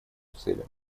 целям